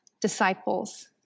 disciples